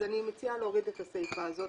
אז אני מציעה להוריד את הסיפה הזאת.